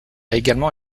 également